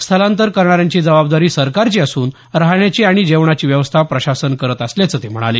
स्थलांतर करणाऱ्यांची जबाबदारी सरकारची असून राहण्याची आणि जेवणाची व्यवस्था प्रशासन करत असल्याचं ते म्हणाले